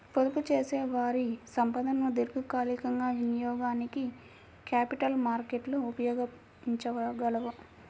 పొదుపుచేసేవారి సంపదను దీర్ఘకాలికంగా వినియోగానికి క్యాపిటల్ మార్కెట్లు ఉపయోగించగలవు